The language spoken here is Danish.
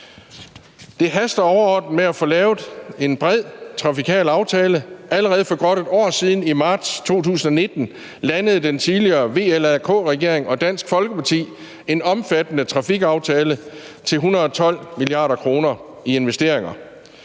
Det haster overordnet med at få lavet en bred trafikal aftale. Allerede for godt et år siden i marts 2019 landede den tidligere VLAK-regering og Dansk Folkeparti en omfattende trafikaftale til 112 mia. kr. i investeringer.